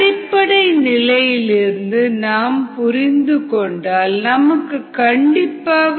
அடிப்படை நிலையிலிருந்து நாம் புரிந்து கொண்டால் நமக்கு கண்டிப்பாக முன்னேற்றம் கிடைக்கும்